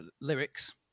Lyrics